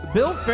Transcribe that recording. Bill